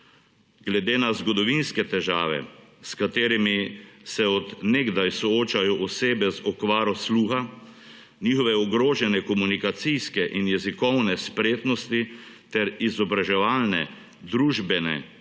Glede na zgodovinske težave, s katerimi se od nekdaj soočajo osebe z okvaro sluha njihove ogrožene komunikacijske in jezikovne spretnosti ter izobraževalne, družbene,